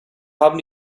haben